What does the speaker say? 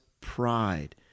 pride